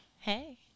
hey